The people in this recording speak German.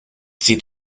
sieht